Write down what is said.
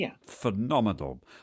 phenomenal